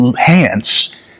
hands